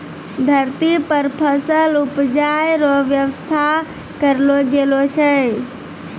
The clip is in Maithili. धरती पर फसल उपजाय रो व्यवस्था करलो गेलो छै